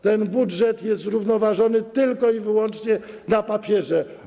Ten budżet jest zrównoważony tylko i wyłącznie na papierze.